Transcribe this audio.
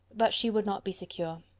but she would not be secure.